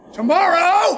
Tomorrow